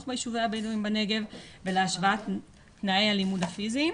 ביישובי הבדואים בנגב ולהשוואת תנאי הלימוד הפיזיים